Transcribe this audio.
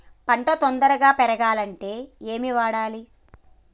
పంట తొందరగా పెరగాలంటే ఏమి వాడాలి?